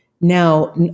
now